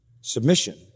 submission